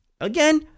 Again